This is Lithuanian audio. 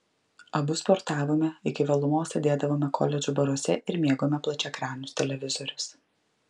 abu sportavome iki vėlumos sėdėdavome koledžų baruose ir mėgome plačiaekranius televizorius